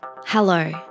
Hello